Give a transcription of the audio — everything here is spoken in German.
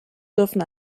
dürfen